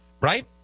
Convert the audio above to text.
Right